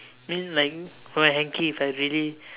I mean like got a hankie if I really